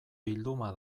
bilduma